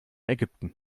ägypten